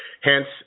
Hence